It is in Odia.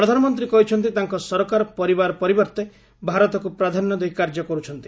ପ୍ରଧାନମନ୍ତ୍ରୀ କହିଛନ୍ତି ତାଙ୍କ ସରକାର ପରିବାର ପରିବର୍ତ୍ତେ ଭାରତକୁ ପ୍ରାଧାନ୍ୟ ଦେଇ କାର୍ଯ୍ୟ କରୁଛନ୍ତି